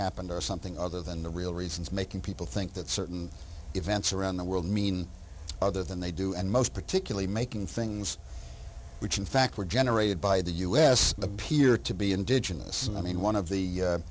happened or something other than the real reason is making people think that certain events around the world mean other than they do and most particularly making things which in fact were generated by the us appear to be indigenous and i mean one of the